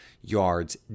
yards